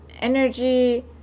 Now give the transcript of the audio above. energy